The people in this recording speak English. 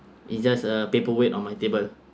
it's just a paper weight on my table